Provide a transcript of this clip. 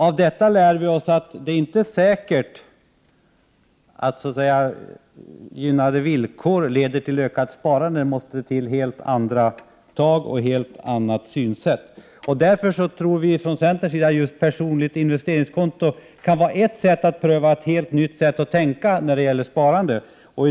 Av detta lär vi oss att det inte är säkert att gynnsamma villkor leder till ökat sparande. Det måste till helt andra tag och ett helt annat synsätt. Därför tror vi från centerns sida att ett personligt investeringskonto kan innebära ett helt nytt sätt att tänka när det gäller sparande.